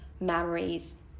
memories